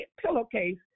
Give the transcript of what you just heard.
pillowcase